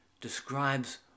describes